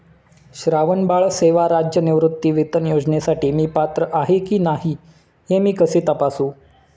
श्रावणबाळ सेवा राज्य निवृत्तीवेतन योजनेसाठी मी पात्र आहे की नाही हे मी कसे तपासू?